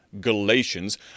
Galatians